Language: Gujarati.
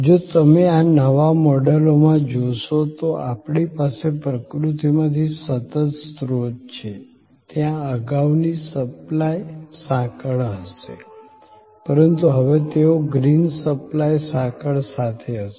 જો તમે આ નવા મોડલમાં જોશો તો આપણી પાસે પ્રકૃતિમાંથી સતત સ્ત્રોત છે ત્યાં અગાઉની સપ્લાય સાંકળ હશે પરંતુ હવે તેઓ ગ્રીન સપ્લાય સાંકળ સાથે હશે